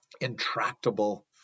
intractable